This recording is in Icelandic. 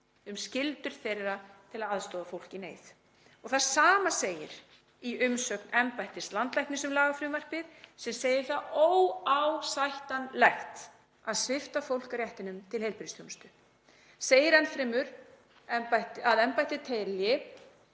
um skyldur þeirra til að aðstoða fólk í neyð. Það sama segir í umsögn embættis landlæknis um lagafrumvarpið, sem segir það óásættanlegt að svipta fólk réttinum til heilbrigðisþjónustu. Segir enn fremur að embættið telji